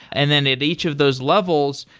and then at each of those levels,